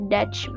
Dutch